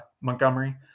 Montgomery